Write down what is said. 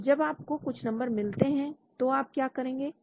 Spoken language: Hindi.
तो जब आपको कुछ नंबर मिलते हैं तो आप क्या करेंगे